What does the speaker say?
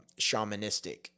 shamanistic